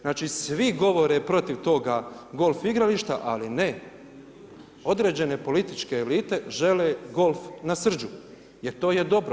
Znači, svi govore protiv toga golf igrališta, ali ne, određene političke elite žele golf na Srđu jer to je dobro.